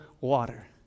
water